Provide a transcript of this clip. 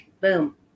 boom